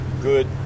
good